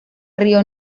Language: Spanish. río